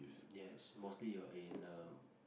yes mostly you are in uh